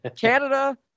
canada